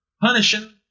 punishing